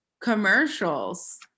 Commercials